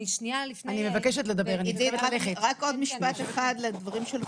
רק עוד משפט אחד לדברים של חני.